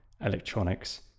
electronics